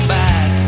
back